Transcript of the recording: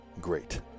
great